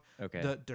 okay